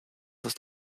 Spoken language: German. ist